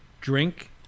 drink